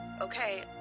Okay